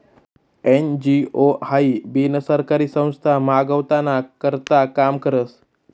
NGO हाई बिनसरकारी संस्था मानवताना करता काम करस